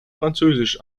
französisch